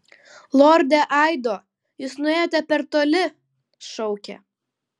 lorde aido jūs nuėjote per toli šaukė